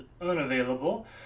unavailable